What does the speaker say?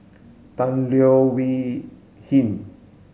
Tan Leo Wee Hin